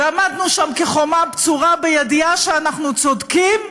ועמדנו שם כחומה בצורה, בידיעה שאנחנו צודקים,